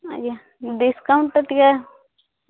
ଆଜ୍ଞା ଡିସକାଉଣ୍ଟଟା ଟିକେ